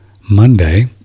Monday